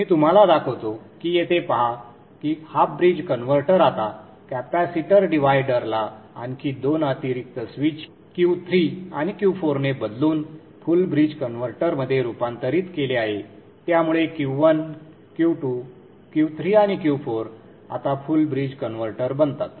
तर मी तुम्हाला दाखवतो की येथे पहा की हाफ ब्रिज कन्व्हर्टर आता कॅपेसिटर डिव्हायडरला आणखी दोन अतिरिक्त स्विच Q3 आणि Q4 ने बदलून फुल ब्रिज कन्व्हर्टरमध्ये रूपांतरित केले आहे त्यामुळे Q1 Q2 Q3 आणि Q4 आता फुल ब्रिज कन्व्हर्टर बनतात